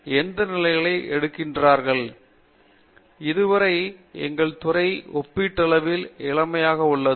பேராசிரியர் ஸ்ரீகாந்த் வேதாந்தம் இதுவரை எங்கள் துறை ஒப்பீட்டளவில் இளமையாக உள்ளது